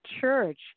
church